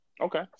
okay